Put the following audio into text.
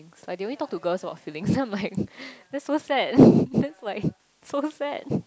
like they only talk to girls about feelings then I'm like that's so sad that's like so sad